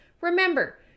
Remember